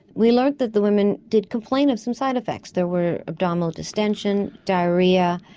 we learned that the women did complain of some side effects, there were abdominal distension, diarrhoea,